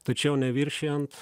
tačiau neviršijant